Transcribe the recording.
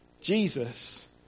Jesus